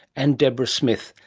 and debra smith,